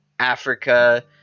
Africa